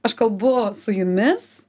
aš kalbu su jumis